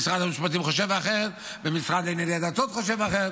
משרד המשפטים חושב אחרת והמשרד לענייני דתות חושב אחרת.